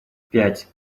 пять